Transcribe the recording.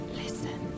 listen